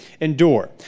endure